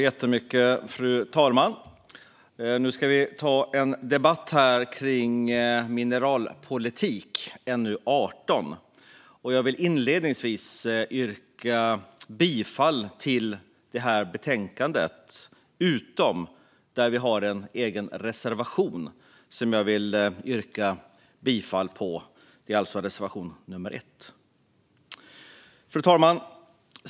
Fru talman! Nu ska vi ha en debatt om mineralpolitik, NU18. Jag vill inledningsvis yrka bifall till utskottets förslag, utom där vi har en egen reservation. Jag yrkar därför bifall till reservation 1.